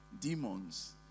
demons